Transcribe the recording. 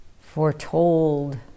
foretold